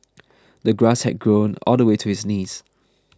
the grass had grown all the way to his knees